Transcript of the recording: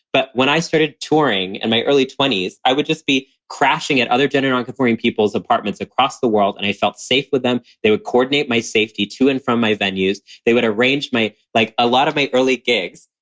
but when i started touring in and my early twenty s, i would just be crashing at other gender nonconforming people's apartments across the world. and i felt safe with them. they would coordinate my safety to and from my venues. they would arrange my, like a lot of my early gigs,